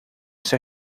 este